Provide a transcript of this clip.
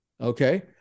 Okay